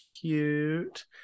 cute